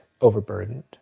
overburdened